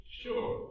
sure